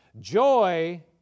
Joy